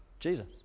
Jesus